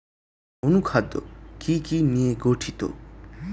অনুখাদ্য কি কি নিয়ে গঠিত?